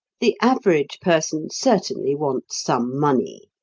the average person certainly wants some money,